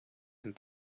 and